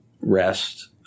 rest